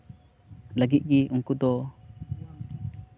ᱞᱟᱹᱜᱤᱫ ᱜᱮ ᱩᱝᱠᱩ ᱫᱚ